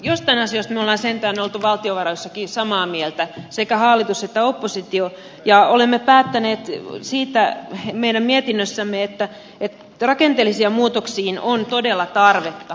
joistain asioista me olemme sentään olleet valtiovaroissakin samaa mieltä sekä hallitus että oppositio ja olemme päättäneet siitä meidän mietinnössämme että rakenteellisiin muutoksiin on todella tarvetta